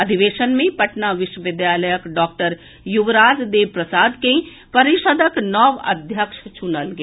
अधिवेशन मे पटना विश्वविद्यालयक डॉक्टर युवराज देव प्रसाद के परिषदक नव अध्यक्ष चुनल गेल